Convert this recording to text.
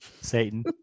Satan